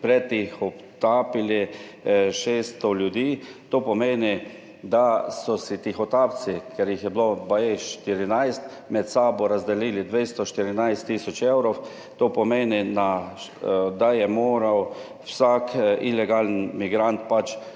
pretihotapili 600 ljudi, to pomeni, da so si tihotapci, ker jih je bilo baje 14, med sabo razdelili 214 tisoč evrov, to pomeni, da je moral vsak ilegalni migrant pač